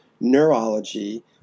neurology